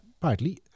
partly